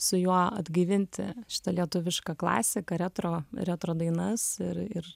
su juo atgaivinti šitą lietuvišką klasiką retro retro dainas ir ir